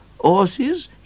horses